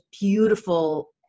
beautiful